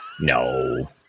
No